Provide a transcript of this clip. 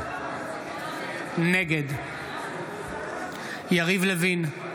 נגד יריב לוין,